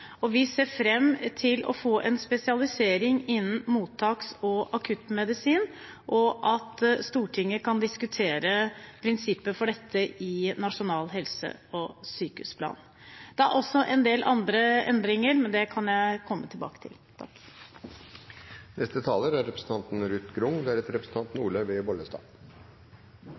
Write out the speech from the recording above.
og vi ser fram til å få en spesialisering innen mottaks- og akuttmedisin, og at Stortinget kan diskutere prinsippet for dette i nasjonal helse- og sykehusplan. Det er også en del andre endringer, men det kan jeg komme tilbake til. Arbeiderpartiet mener i utgangpunktet at det er